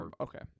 Okay